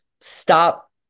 stop